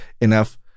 enough